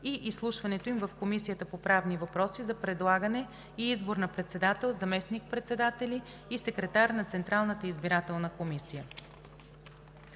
и изслушването им в Комисията по правни въпроси, за предлагане и избор на председател, заместник-председатели и секретар на Централната избирателна комисия.